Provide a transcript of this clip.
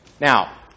Now